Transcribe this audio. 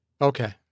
Okay